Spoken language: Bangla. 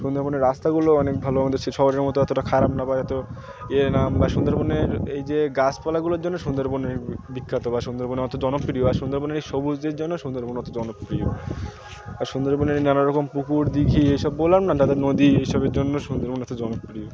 সুন্দরবনের রাস্তাগুলো অনেক ভালো আমাদের সে শহরের মতো অতটা খারাপ না বা এত ইয়ে না বা সুন্দরবনের এই যে গাছপালাগুলোর জন্য সুন্দরবনের বিখ্যাত বা সুন্দরবনে অত জনপ্রিয় বা সুন্দরবনের এই সবুজের জন্য সুন্দরবন অত জনপ্রিয় সুন্দরবনের নানা রকম পুকুর দীঘি এই সব বললাম না তাদের নদী এইসবের জন্য সুন্দরবন এত জনপ্রিয়